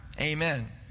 Amen